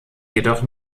jedoch